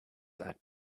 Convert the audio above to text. that